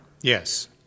Yes